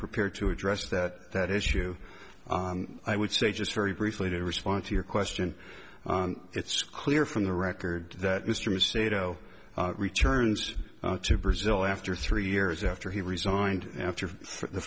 prepared to address that issue i would say just very briefly to respond to your question it's clear from the record that mr sedo returns to brazil after three years after he resigned after the